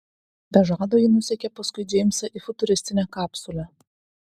be žado ji nusekė paskui džeimsą į futuristinę kapsulę